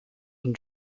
und